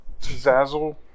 Zazzle